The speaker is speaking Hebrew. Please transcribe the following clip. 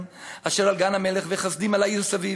אשר על גן המלך וכשדים על העיר סביב